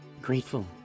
grateful